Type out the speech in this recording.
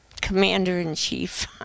Commander-in-Chief